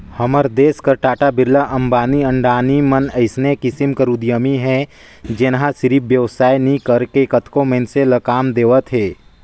हमर देस कर टाटा, बिरला, अंबानी, अडानी मन अइसने किसिम कर उद्यमी हे जेनहा सिरिफ बेवसाय नी करय कतको मइनसे ल काम देवत हे